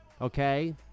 okay